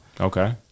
Okay